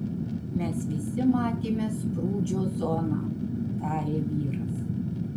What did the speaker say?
mes visi matėme sprūdžio zoną tarė vyras